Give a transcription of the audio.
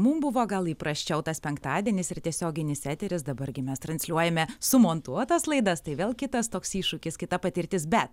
mum buvo gal įprasčiau tas penktadienis ir tiesioginis eteris dabar gi mes transliuojame sumontuotas laidas tai vėl kitas toks iššūkis kita patirtis bet